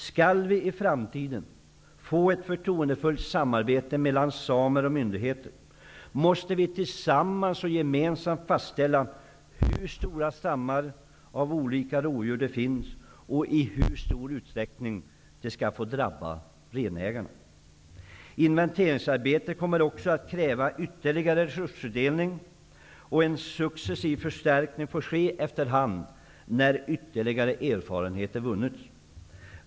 Skall vi i framtiden få ett förtroendefullt samarbete mellan samer och myndigheter, måste vi tillsammans fastställa hur stora stammar av olika rovdjur det finns och i hur stor utsträckning de skall få drabba renägarna. Inventeringsarbetet kommer också att kräva ytterligare resurstilldelning, och en successiv förstärkning får ske efter hand, när ytterligare erfarenheter vunnits.